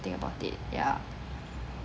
you think about it ya